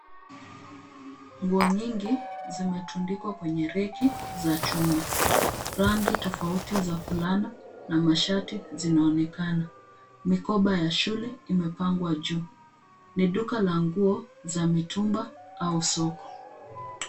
Nguo nyingi zimetundikwa kwenye reki za chuma. Rangi tofauti za fulana na mashati zinaonekana. Mikoba ya shule imepangwa juu. Ni duka la nguo za mitumba au soko.